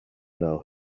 know